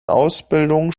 ausbildung